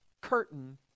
curtain